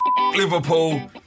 Liverpool